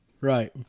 Right